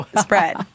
spread